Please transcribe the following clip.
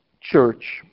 church